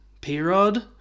P-Rod